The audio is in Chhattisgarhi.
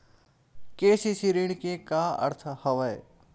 के.सी.सी ऋण के का अर्थ हवय?